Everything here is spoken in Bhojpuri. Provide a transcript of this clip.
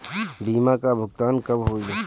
बीमा का भुगतान कब होइ?